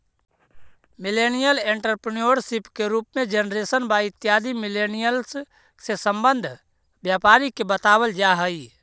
millennial entrepreneurship के रूप में जेनरेशन वाई इत्यादि मिलेनियल्स् से संबंध व्यापारी के बतलावल जा हई